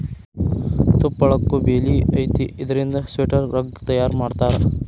ತುಪ್ಪಳಕ್ಕು ಬೆಲಿ ಐತಿ ಇದರಿಂದ ಸ್ವೆಟರ್, ರಗ್ಗ ತಯಾರ ಮಾಡತಾರ